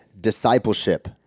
Discipleship